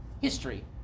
history